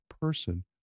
person